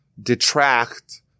detract